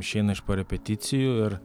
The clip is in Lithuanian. išeina iš po repeticijų ir